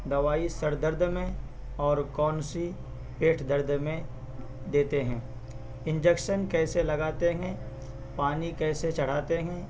دوائی سڑ درد میں اور کون سی پیٹ درد میں دیتے ہیں انجکشن کیسے لگاتے ہیں پانی کیسے چڑھاتے ہیں